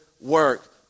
work